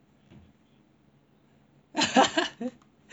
therapeutic ah